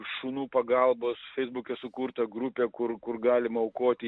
šunų pagalbos feisbuke sukurta grupė kur kur galima aukoti